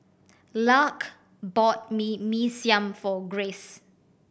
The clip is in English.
Lark bought me Mee Siam for Grace